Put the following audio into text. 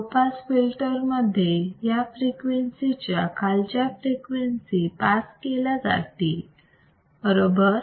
low pass filter मध्ये या frequency च्या खालच्या फ्रिक्वेन्सी पास केल्या जातील बरोबर